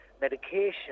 medication